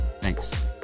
thanks